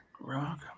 Rock